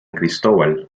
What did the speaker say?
cristóbal